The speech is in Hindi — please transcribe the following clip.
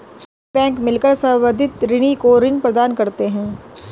कई बैंक मिलकर संवर्धित ऋणी को ऋण प्रदान करते हैं